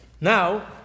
Now